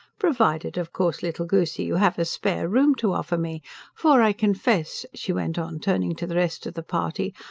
provided, of course, little goosey, you have a spare room to offer me for, i confess, she went on, turning to the rest of the party,